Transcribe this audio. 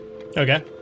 okay